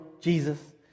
Jesus